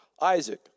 Isaac